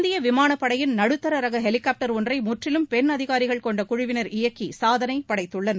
இந்திய விமானப் படையின் நடுத்தர ரக ஹெலிகாப்டர் ஒன்றை முற்றிலும் பெண் அதிகாரிகள் கொண்ட குழுவினர் இயக்கி சாதனை படைத்துள்ளனர்